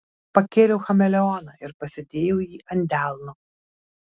pakėliau chameleoną ir pasidėjau jį ant delno